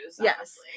Yes